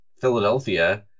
Philadelphia